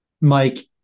Mike